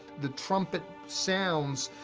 the trumpet sounds,